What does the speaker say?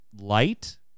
light